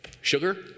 Sugar